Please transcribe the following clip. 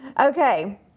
Okay